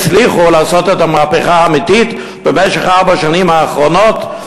הם הצליחו לעשות במשך ארבע השנים האחרונות את המהפכה האמיתית,